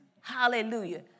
Hallelujah